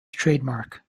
trademark